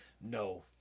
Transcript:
No